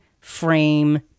frame